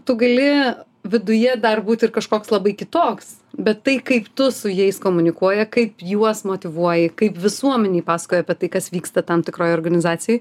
tu gali viduje dar būt ir kažkoks labai kitoks bet tai kaip tu su jais komunikuoji kaip juos motyvuoji kaip visuomenei pasakoji apie tai kas vyksta tam tikroj organizacijoj